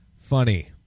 Funny